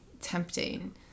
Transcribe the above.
tempting